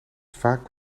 vaak